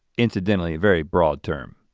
incidentally, very broad term.